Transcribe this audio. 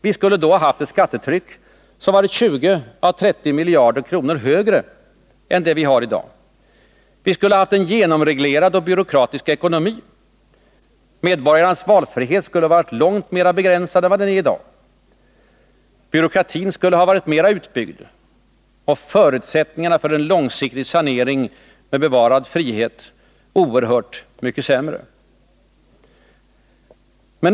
Vi skulle ha haft ett skattetryck som varit 20 å 30 miljarder kronor högre än det vi har i dag. Vi skulle ha haft en genomreglerad och byråkratisk ekonomi. Medborgarnas valfrihet skulle ha varit långt mera begränsad än vad den är nu. Byråkratin skulle ha varit mera utbyggd, och förutsättningarna för en långsiktig sanering av vår ekonomi med bevarad frihet skulle ha varit oerhört mycket sämre.